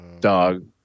dog